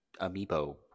Amiibo